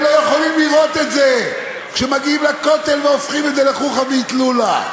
הם לא יכולים לראות את זה שמגיעים לכותל והופכים אותו לחוכא ואטלולא.